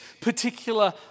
particular